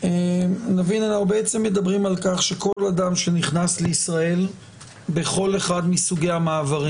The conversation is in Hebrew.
אנחנו מדברים על כך שכל אדם שנכנס לישראל בכל אחד מסוגי המעברים